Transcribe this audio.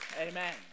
Amen